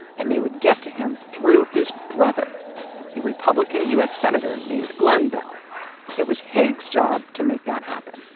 and they would get to him through his brother a republican u s. senator named glenn beall it was haig's job to make that happen.